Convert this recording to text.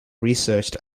researched